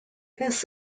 this